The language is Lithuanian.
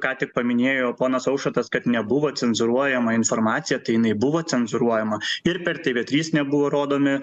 ką tik paminėjo ponas aušrotas kad nebuvo cenzūruojama informacija tai jinai buvo cenzūruojama ir per tv trys nebuvo rodomi